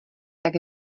tak